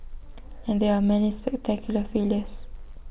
and there are many spectacular failures